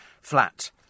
flat